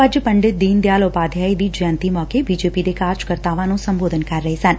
ੱਜ ਪੰਡਿਤ ਦੀਨ ਦਿਆਲ ਉਪਾਧਿਆਏ ਦੀ ਜੈਯੰਤੀ ਮੌਕੇ ਬੀਜੇਪੀ ਦੇ ਕਾਰਜ ਕਰਤਾਵਾਂ ਨੰ ਸੰਬੋਧਨ ਕਰ ਰਹੇ ਸਨ